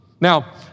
Now